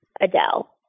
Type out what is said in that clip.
Adele